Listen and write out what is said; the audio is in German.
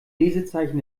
lesezeichen